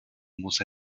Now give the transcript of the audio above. muss